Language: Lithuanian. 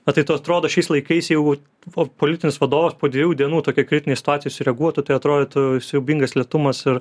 na tai trodo šiais laikais jau buvo politinis vadovas po dviejų dienų tokia kritinės situacijos reaguotų tai atrodytų siaubingas lėtumas ir